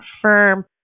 confirm